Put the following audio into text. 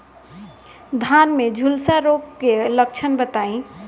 धान में झुलसा रोग क लक्षण बताई?